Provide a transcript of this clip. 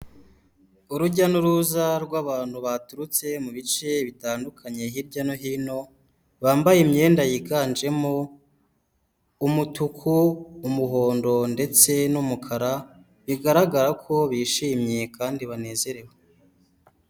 Urujya n'uruza rw'abantu baturutse mu bice bitandukanye hirya no hino bambaye imyenda yiganjemo umutuku, umuhondo ndetse n'umukara, bigaragara ko bishimye kandi banezerewe.